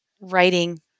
writing